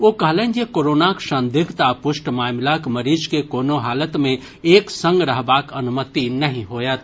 ओ कहलनि जे कोरोनाक संदिग्ध आ पुष्ट मामिलाक मरीज के कोनो हालत मे एक संग रहबाक अनुमति नहि होयत